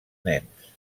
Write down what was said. nens